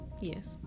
Yes